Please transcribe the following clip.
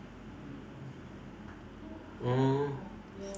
mm